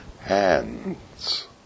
hands